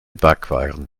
backwaren